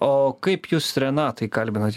o kaip jūs renatą įkalbinot